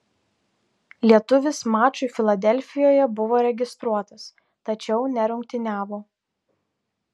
lietuvis mačui filadelfijoje buvo registruotas tačiau nerungtyniavo